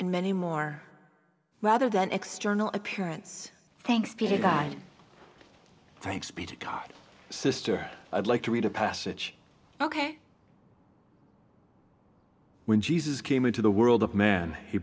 and many more rather than external appearance thanks be to god thanks be to god sister i'd like to read a passage ok when jesus came into the world of man he